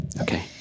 Okay